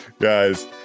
Guys